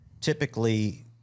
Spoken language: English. typically